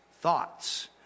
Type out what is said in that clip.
thoughts